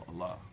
Allah